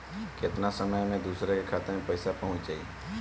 केतना समय मं दूसरे के खाता मे पईसा पहुंच जाई?